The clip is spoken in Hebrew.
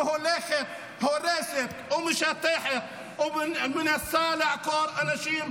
שהולכת הורסת ומשטחת ומנסה לעקור אנשים,